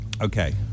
Okay